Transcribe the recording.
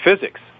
physics